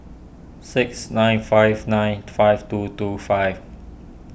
six nine five nine five two two five